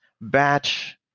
batch